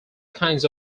kinds